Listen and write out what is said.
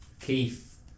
Keith